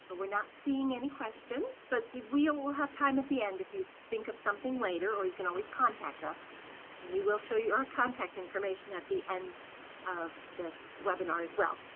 but we're not seeing any questions but so we will have time at the end if you think of something later or you can always contact us and we will show your contact information at the end of this webinar as well.